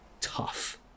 tough